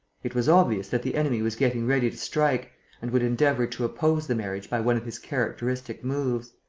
it was obvious that the enemy was getting ready to strike and would endeavour to oppose the marriage by one of his characteristic moves.